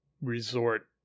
Resort